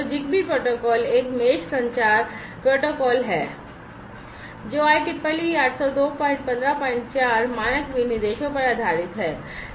ZigBee protocol एक मेष संचार प्रोटोकॉल है जो IEEE 802154 मानक विनिर्देशों पर आधारित है